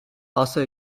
also